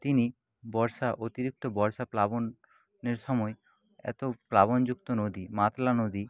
তিনি বর্ষা অতিরিক্ত বর্ষা প্লাবনের সময় এত প্লাবন যুক্ত নদী মাতলা নদী